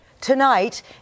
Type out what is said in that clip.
Tonight